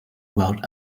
about